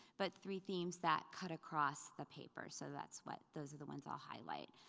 but three themes that cut across the papers, so that's what, those are the ones i'll highlight.